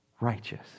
righteous